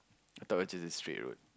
I thought it was just a straight road